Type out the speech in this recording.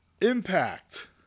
Impact